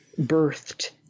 birthed